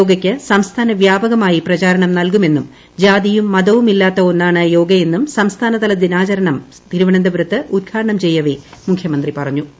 യോഗക്ക് സംസ്ഥാന വ്യാപകമായി പ്രചാരണം നൽകുമെന്നും ജാതിയും മി്തൂവും ഇല്ലാത്ത ഒന്നാണ് യോഗയെന്നും സംസ്ഥാനതല ദിന്റാചര്ണം തിരുവനന്തപുരത്ത് ഉദ്ഘാടനം ചെയ്യവേ മുഖ്യമന്ത്രി പ്പറ്ഞ്ഞു്